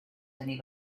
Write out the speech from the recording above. tenir